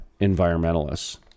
environmentalists